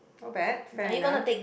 not bad fair enough